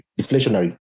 deflationary